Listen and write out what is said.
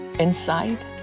Inside